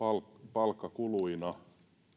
palkkakuluina